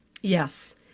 yes